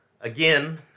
again